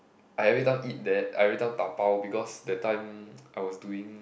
I everytime eat there I everytime dabao because that time I was doing